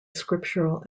scriptural